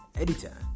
editor